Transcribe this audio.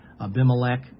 Abimelech